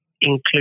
include